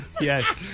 Yes